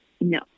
No